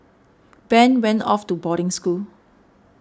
Ben went off to boarding school